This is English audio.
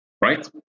right